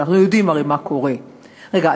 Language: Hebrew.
ואנחנו יודעים הרי מה קורה: רגע,